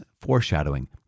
foreshadowing